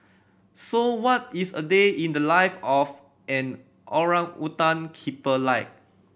so what is a day in the life of an orangutan keeper like